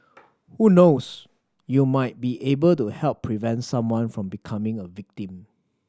who knows you might be able to help prevent someone from becoming a victim